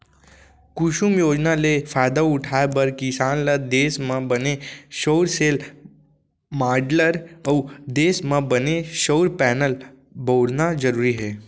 कुसुम योजना ले फायदा उठाए बर किसान ल देस म बने सउर सेल, माँडलर अउ देस म बने सउर पैनल बउरना जरूरी हे